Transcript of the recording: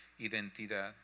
identidad